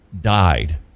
died